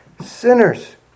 sinners